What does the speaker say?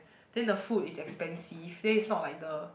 then the food is expensive then is not like the